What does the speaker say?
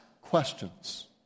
questions